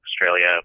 Australia